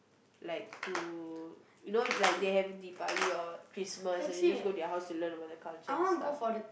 like to you know like they have Deepavali or Christmas and then just go their house to learn about the culture and stuff